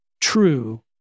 true